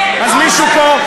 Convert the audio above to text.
אז מישהו פה,